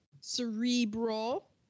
cerebral